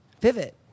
pivot